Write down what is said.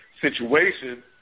situation